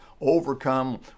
overcome